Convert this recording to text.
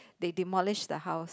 they demolished the house